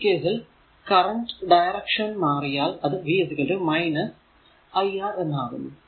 ഈ കേസിൽ current direction മാറിയാൽ അത് v iR എന്നാകുന്നു